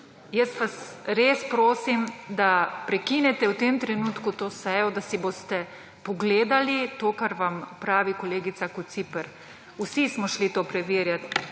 Jaz vas res prosim, da prekinete v tem trenutku to sejo, da si boste pogledali to, kar vam pravi kolegica Kociper. Vsi smo šli to preverjati.